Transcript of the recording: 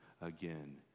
again